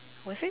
was it